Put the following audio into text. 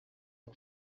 mon